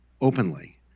openly